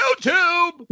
YouTube